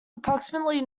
approximately